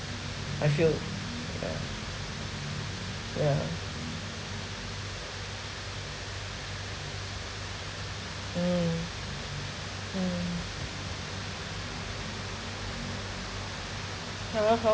I feel yes yeah mm mm cannot talk